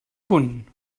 punt